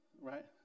Right